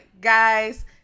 Guys